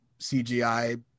CGI